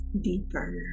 deeper